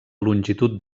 longitud